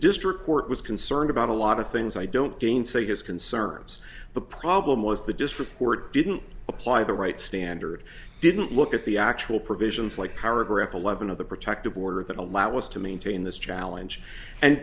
district court was concerned about a lot of things i don't gainsay his concerns the problem was the just report didn't apply the right standard didn't look at the actual provisions like paragraph eleven of the protective order that allow us to maintain this challenge and